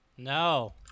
No